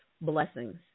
blessings